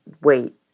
wait